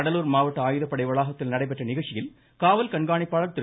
கடலூர் மாவட்ட ஆயுதப்படை வளாகத்தில் நடைபெற்ற நிகழ்ச்சியில் காவல் கண்காணிப்பாளர் திரு